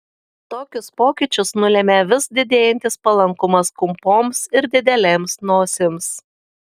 tokius pokyčius nulėmė vis didėjantis palankumas kumpoms ir didelėms nosims